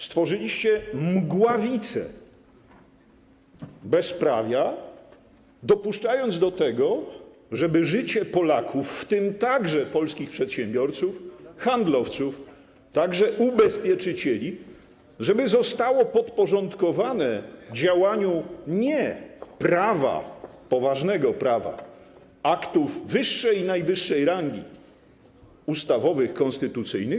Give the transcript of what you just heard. Stworzyliście mgławicę bezprawia, dopuszczając do tego, żeby życie Polaków, w tym także polskich przedsiębiorców, handlowców, także ubezpieczycieli, zostało podporządkowane działaniu nie prawa, poważnego prawa, aktów wyższej i najwyższej rangi, ustawowych, konstytucyjnych.